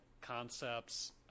concepts